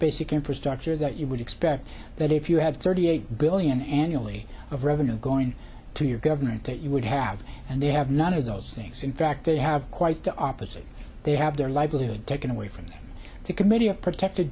basic infrastructure that you would expect that if you had thirty eight billion annually of revenue going to your government that you would have and they have none of those things in fact they have quite the opposite they have their livelihood taken away from the committee of protect